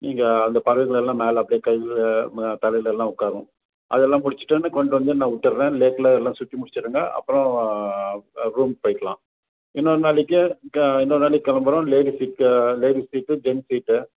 நீங்கள் அந்த பறவைகள் எல்லாம் மேலே அப்படியே கையில் ம தலையில் எல்லாம் உட்காரும் அதெல்லாம் முடிச்சிட்டோன கொண்டு வந்து நான் விட்டுறேன் லேக்கில் எல்லாம் சுற்றி முடிச்சு விடுங்க அப்புறம் ரூம்க்கு போய்கலாம் இன்னொரு நாளைக்கு இன்னொரு நாளைக்கு கிளம்புகிறோம் ladies lake peak lake peak gents சீட்டு